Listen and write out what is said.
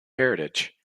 heritage